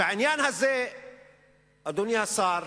בעניין הזה אדוני השר,